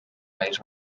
país